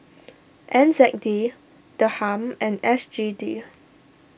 N Z D Dirham and S G D